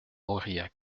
aurillac